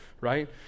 right